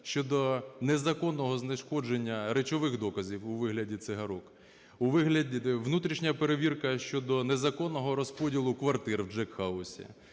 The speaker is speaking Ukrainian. щодо незаконного знешкодження речових доказів у вигляді цигарок, внутрішня перевірка щодо незаконного розподілу квартир в Jack